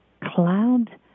cloud